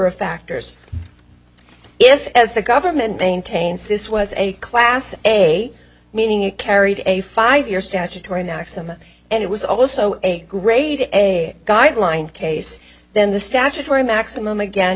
of factors if as the government maintains this was a class a meaning it carried a five year statutory next summer and it was also a grade a guideline case then the statutory maximum again